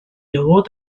yogur